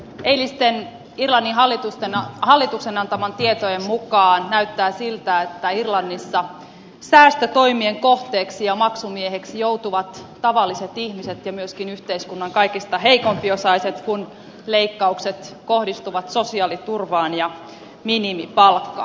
eilisten irlannin hallituksen antamien tietojen mukaan näyttää siltä että irlannissa säästötoimien kohteeksi ja maksumiehiksi joutuvat tavalliset ihmiset ja myöskin yhteiskunnan kaikista heikompiosaisimmat kun leikkaukset kohdistuvat sosiaaliturvaan ja minimipalkkaan